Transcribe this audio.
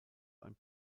ein